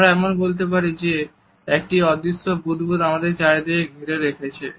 আমরা এরকম বলতে পারি যে একটি অদৃশ্য বুদবুদ আমাদেরকে চারিদিক থেকে ঘিরে রেখেছে